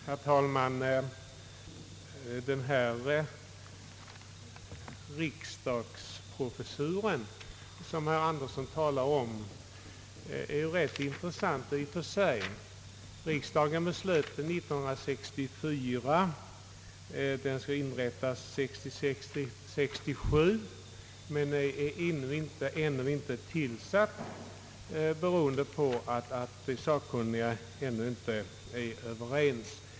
Herr talman! Den »riksdagsprofessur» som herr Andersson talar om är rätt intressant i och för sig. Riksdagen beslöt år 1964 att professuren skulle inrättas. Den har ännu inte tillsatts, beroende på att de sakkunniga inte är överens.